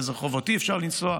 באיזה רחובות אי-אפשר לנסוע,